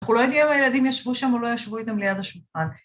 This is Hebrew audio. אנחנו לא יודעים אם הילדים ישבו שם או לא ישבו איתם ליד השולחן.